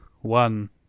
one